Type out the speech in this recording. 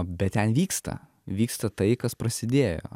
bet ten vyksta vyksta tai kas prasidėjo